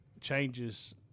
changes